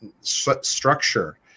structure